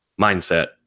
mindset